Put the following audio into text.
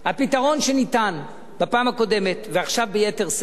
הפתרון שניתן בפעם הקודמת, ועכשיו ביתר שאת,